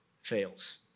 fails